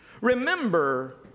Remember